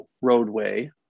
roadway